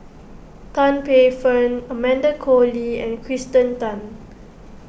Tan Paey Fern Amanda Koe Lee and Kirsten Tan